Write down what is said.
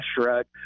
Shrug